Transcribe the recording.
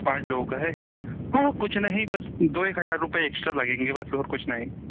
पाँच लोगों का है हाँ वो कुछ नहीं बस दो एक हज़ार रुपये एक्सट्रा लगेंगे बस और कुछ नहीं